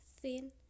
thin